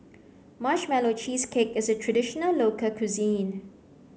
Marshmallow Cheesecake is a traditional local cuisine